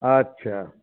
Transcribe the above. अच्छा